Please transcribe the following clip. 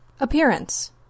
Appearance